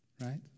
right